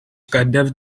cadavre